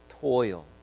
toil